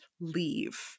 leave